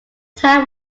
town